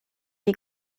die